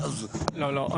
לא, לא.